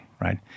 right